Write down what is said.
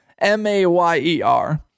M-A-Y-E-R